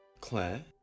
Claire